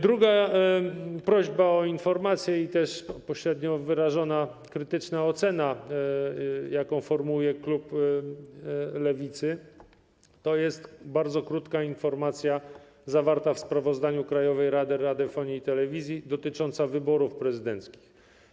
Druga prośba o informację i pośrednio wyrażona krytyczna ocena, jaką formułuje klub Lewicy, odnosi się do bardzo krótkiej informacji zawartej w sprawozdaniu Krajowej Rady Radiofonii i Telewizji dotyczącej wyborów prezydenckich.